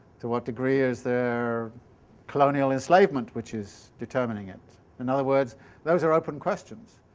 to what degree is there colonial enslavement which is determining it? in other words those are open questions.